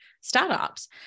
startups